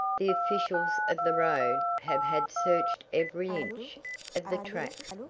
the officials of the road have had searched every inch of the track.